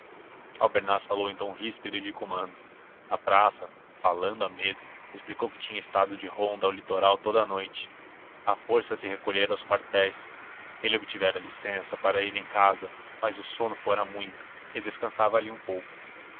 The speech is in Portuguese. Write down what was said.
aqui albernaz falou em tom ríspido e de comando a praça falando a medo explicou que tinha estado de ronda ao litoral toda a noite a força se recolhera aos quartéis ele obtivera licença para ir em casa mas o sono fora muito e descansava ali um pouco